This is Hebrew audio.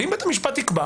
ואם בית המשפט יקבע